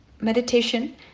meditation